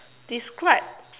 describe